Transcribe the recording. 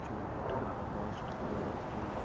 চৌঠা আগস্ট দুহাজার তেইশ